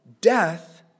death